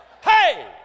Hey